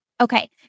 Okay